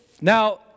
Now